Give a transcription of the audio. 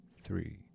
three